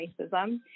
racism